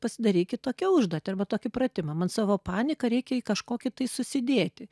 pasidaryki tokią užduotį arba tokį pratimą man savo paniką reikia į kažkokį tai susidėti